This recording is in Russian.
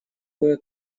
кое